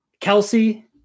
Kelsey